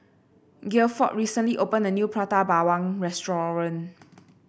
Gifford recently opened a new Prata Bawang restaurant